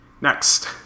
next